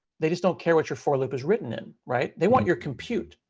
they just don't care what your for loop is written in. right? they want your compute.